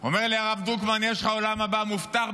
אמר לי הרב דרוקמן: יש לך עולם הבא מובטח,